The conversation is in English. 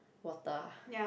water ah